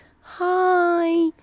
hi